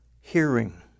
hearing